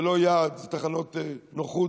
זה לא יעד, אלה תחנות נוחות.